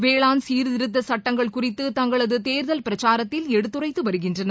வேளாண் சீர்திருத்த சட்டங்கள் குறித்து தங்களது தேர்தல் பிரச்சாரத்தில் எடுத்துரைத்து வருகின்றனர்